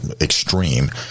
extreme